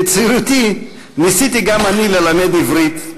בצעירותי, ניסיתי גם אני ללמד עברית,